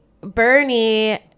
Bernie